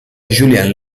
julien